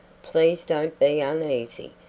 please don't be uneasy.